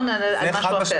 אנחנו מדברים על משהו אחר.